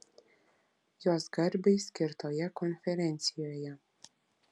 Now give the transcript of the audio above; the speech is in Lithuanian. jos garbei skirtoje konferencijoje